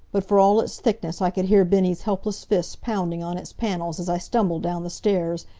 but for all its thickness i could hear bennie's helpless fists pounding on its panels as i stumbled down the stairs,